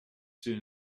soon